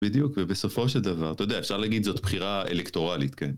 בדיוק, ובסופו של דבר, אתה יודע, אפשר להגיד זאת בחירה אלקטורלית, כן.